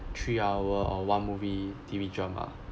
three hour or one movie T_V drama